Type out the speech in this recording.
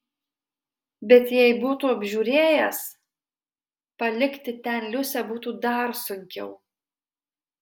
bet jei būtų apžiūrėjęs palikti ten liusę būtų dar sunkiau